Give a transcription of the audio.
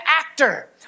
actor